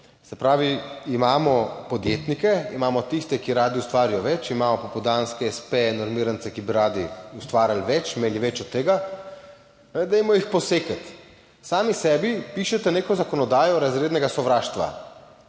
se pravi, imamo podjetnike, imamo tiste, ki radi ustvarijo več, imamo popoldanske espeje, normirance, ki bi radi ustvarili več, imeli več od tega, dajmo jih posekati. Sami sebi pišete neko zakonodajo razrednega sovraštva